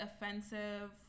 offensive